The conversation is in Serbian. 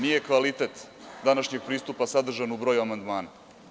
Nije kvalitet današnjeg pristupa sadržan u broju amandmana.